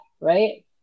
right